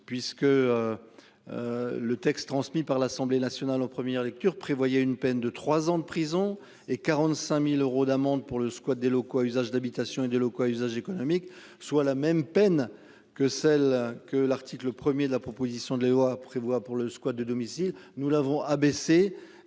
puisque. Le texte transmis par l'Assemblée nationale en première lecture prévoyait une peine de 3 ans de prison et 45.000 euros d'amende pour le squat des locaux à usage d'habitation et de locaux à usage économique soit la même peine que celle que l'article 1er de la proposition de loi prévoit pour le squat de domicile. Nous l'avons abaissé.